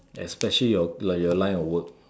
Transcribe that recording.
especially your like your line of work